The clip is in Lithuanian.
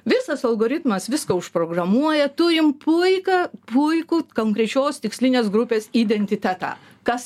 visas algoritmas viską užprogramuoja turim puiką puikų konkrečios tikslinės grupės identitetą kas